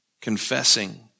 confessing